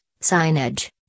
signage